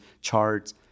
charts